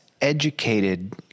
educated